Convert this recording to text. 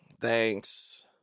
thanks